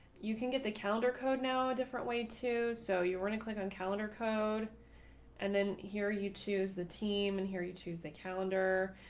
you can get the calendar code now a different way to so you want to click on calendar code and then here you choose the team and here you choose the calendar.